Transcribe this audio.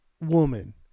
woman